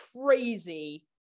crazy